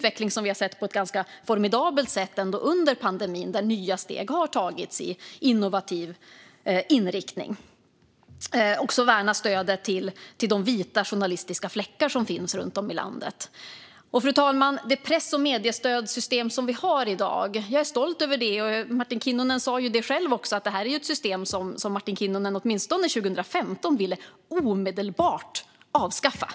Vi har sett en ganska formidabel utveckling under pandemin. Nya steg har tagits i innovativ riktning. Det handlar också om att värna stödet till de vita journalistiska fläckar som finns runt om i landet. Fru talman! Det press och mediestödssystem som vi har i dag är jag stolt över. Martin Kinnunen sa det själv. Detta är ett system som Martin Kinnunen åtminstone 2015 omedelbart ville avskaffa.